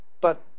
But